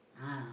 ah